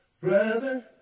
Brother